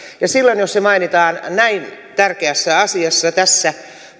ja silloin jos se mainitaan näin tärkeässä asiassa tässä